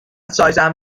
سایزم